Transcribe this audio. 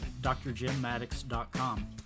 drjimmaddox.com